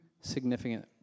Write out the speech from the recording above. significant